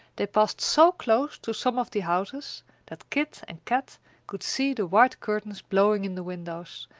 they passed so close to some of the houses that kit and kat could see the white curtains blowing in the windows,